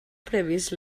previst